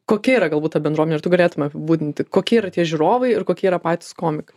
kokia yra galbūt ta bendruomenė ar tu galėtumei apibūdinti kokie yra tie žiūrovai ir kokie yra patys komikai